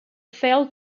failed